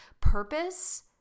purpose